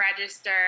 register